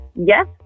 yes